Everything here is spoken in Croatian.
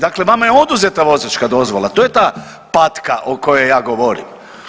Dakle vama je oduzeta vozačka dozvola, to je ta patka o kojoj ja govorim.